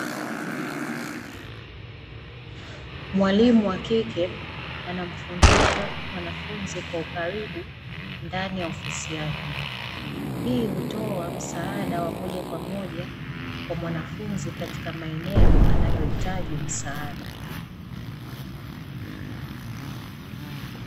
Mwalimu wa kike anamfundisha mwanafunzi kwa ukaribu ndani ya ofisi yake. Hii hutoa msaada wa moja kwa moja kwa mwanafunzi katika maeneo anayohitaji msaada.